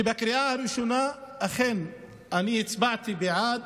בקריאה הראשונה אכן אני הצבעתי בעדה,